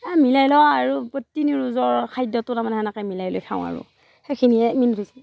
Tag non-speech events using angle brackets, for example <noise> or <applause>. এই মিলাই লওঁ আৰু তিনি ৰোজৰ খাদ্য়তো তাৰমানে এনেকৈ মিলাই লৈ খাওঁ আৰু সেইখিনিয়ে <unintelligible>